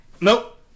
Nope